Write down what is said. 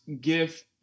gift